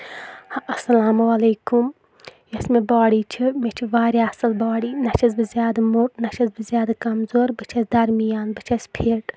اَسَلامُ عَلیکُم یُس مےٚ باڈی چھِ مےٚ چھِ واریاہ اَصل باڈی نہٕ چھس بہٕ زیاد مۆٹ نہٕ چھس بہٕ زیاد کَمزور بہٕ چھس دَرمیان بہٕ چھس فِٹ